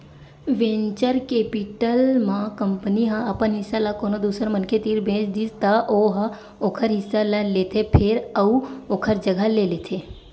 venture capital म company ह अपन हिस्सा ल कोनो दूसर मनखे तीर बेच दिस त ओ ह ओखर हिस्सा ल लेथे फेर अउ ओखर जघा ले लेथे